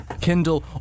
Kindle